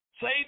say